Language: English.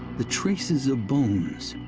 the traces of bones.